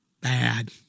Bad